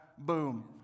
Boom